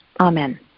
Amen